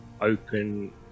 open